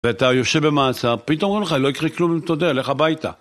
ואתה יושב במאסר, פתאום אומרים לך, לא יקרה כלום אם תודה, לך הביתה